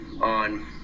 on